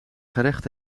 gerecht